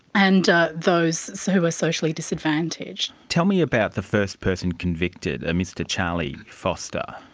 and ah those so who are socially disadvantaged. tell me about the first person convicted, a mr charlie foster.